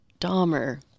Dahmer